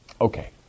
Okay